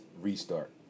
restart